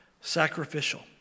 sacrificial